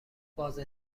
واضح